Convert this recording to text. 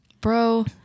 bro